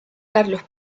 carlos